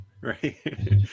Right